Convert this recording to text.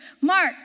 Mark